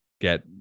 get